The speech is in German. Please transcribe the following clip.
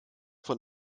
von